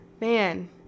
man